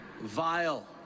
vile